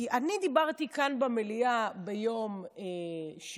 כי אני דיברתי כאן במליאה ביום שני,